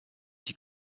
die